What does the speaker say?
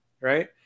Right